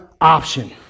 option